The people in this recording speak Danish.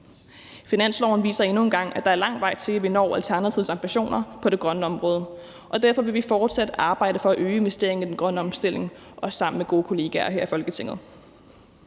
Finansloven viser endnu en gang, at der er lang vej til, at vi når Alternativets ambitioner på det grønne område, og derfor vil vi fortsat arbejde for at øge investeringerne i den grønne omstilling, også sammen med gode kolleger her i Folketinget.